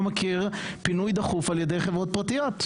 מכיר פינוי דחוף על ידי חברות פרטיות.